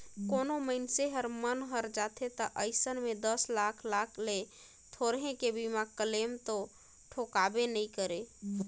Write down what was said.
कोनो मइनसे हर मन हर जाथे त अइसन में दस लाख लाख ले थोरहें के बीमा क्लेम तो ठोकबे नई करे